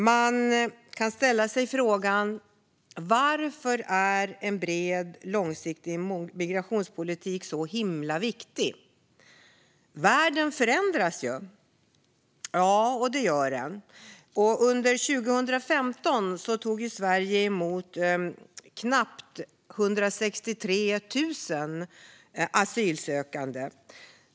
Man kan ställa sig frågan varför en bred och långsiktig migrationspolitik är så viktig - världen förändras ju. Ja, det gör den. Under 2015 tog Sverige emot knappt 163 000 asylsökande.